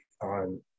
on